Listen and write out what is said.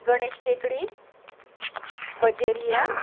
गणेश टेकडी बजेरिया